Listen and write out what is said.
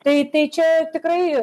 tai tai čia tikrai